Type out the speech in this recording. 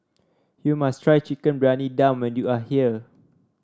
you must try Chicken Briyani Dum when you are here